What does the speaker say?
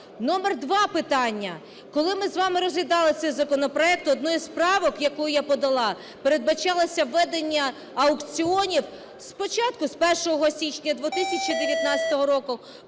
Номер два питання. Коли ми з вами розглядали цей законопроект, однією з правок, яку я подала, передбачалося введення аукціонів спочатку з 1 січня 2019 року,